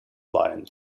line